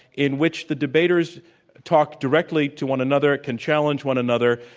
in which the debaters talk directly to one another, can challenge one another,